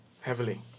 heavily